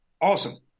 Awesome